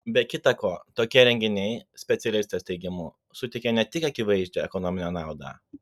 be kita ko tokie renginiai specialistės teigimu suteikia ne tik akivaizdžią ekonominę naudą